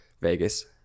Vegas